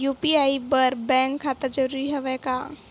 UPI बर bank खाता जरूरी हवय का?